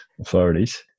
Authorities